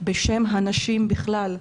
בשם הנשים בכלל.